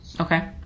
Okay